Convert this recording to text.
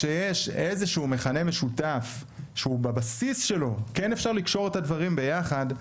כשיש איזשהו מכנה משותף שהוא בבסיס שלו כן אפשר לקשור את הדברים ביחד,